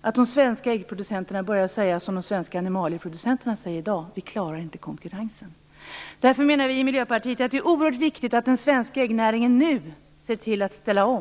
att de svenska äggproducenterna börja säga som animalieproducenterna säger i dag: Vi klarar inte konkurrensen. Därför menar vi i Miljöpartiet att det är oerhört viktigt att den svenska äggnäringen nu ser till att ställa om.